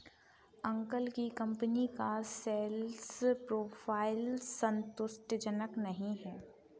uncle की company का sales profile संतुष्टिजनक नही है